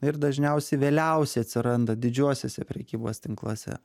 ir dažniausiai vėliausiai atsiranda didžiuosiuose prekybos tinkluose